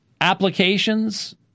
applications